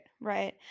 Right